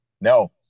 No